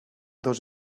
dos